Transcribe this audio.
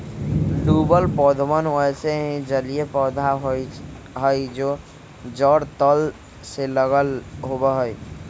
डूबल पौधवन वैसे ही जलिय पौधा हई जो जड़ तल से लगल होवा हई